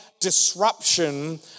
disruption